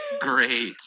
great